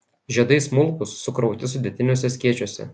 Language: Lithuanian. žiedai smulkūs sukrauti sudėtiniuose skėčiuose